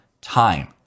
time